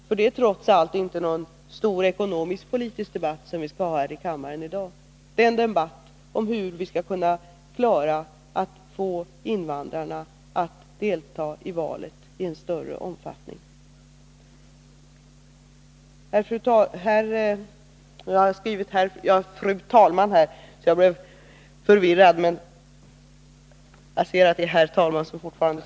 För det är trots allt inte någon stor ekonomisk-politisk debatt som vi skall ha i kammaren i dag; det är en debatt om hur vi skall kunna få invandrarna att i Nr 53 större utsträckning delta i valet. Herr talman!